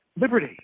liberty